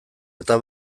eta